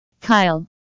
Kyle